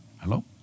Hello